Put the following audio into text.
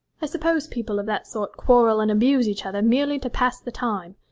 i suppose people of that sort quarrel and abuse each other merely to pass the time.